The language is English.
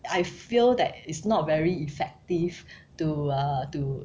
I feel that it's not very effective to uh to